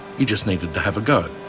you just needed to have a go,